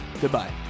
Goodbye